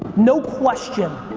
no question.